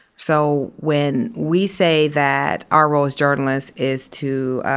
so when we say that our role as journalists is to